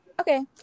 Okay